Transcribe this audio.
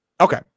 okay